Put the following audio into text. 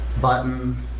button